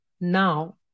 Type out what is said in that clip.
now